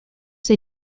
they